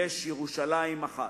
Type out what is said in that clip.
יש ירושלים אחת.